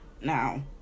Now